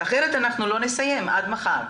אחרת אנחנו לא נסיים עד מחר.